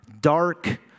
dark